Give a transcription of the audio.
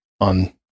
on